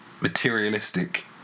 materialistic